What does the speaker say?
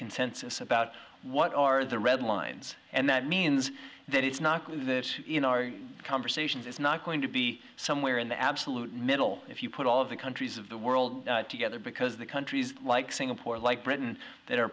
consensus about what are the red lines and that means that it's not in our conversations it's not going to be somewhere in the absolute middle if you put all of the countries of the world together because the countries like singapore like britain that are